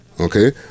okay